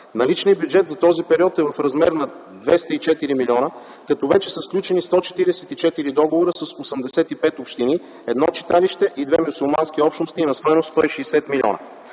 Наличният бюджет за този период е в размер на 204 милиона, като вече са сключени 144 договора с 85 общини, едно читалище и две мюсюлмански общности на стойност 160 милиона.